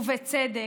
ובצדק,